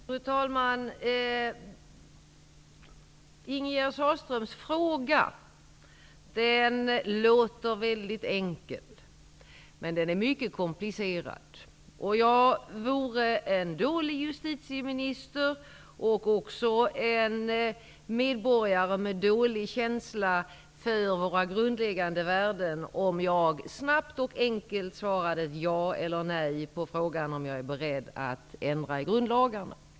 Fru talman! Ingegerd Sahlströms fråga låter väldigt enkel, men den är mycket komplicerad. Jag vore en dålig justitieminister och en medborgare med dålig känsla för våra grundläggande värden om jag snabbt och enkelt svarade ja eller nej på frågan om jag är beredd att ändra i grundlagarna.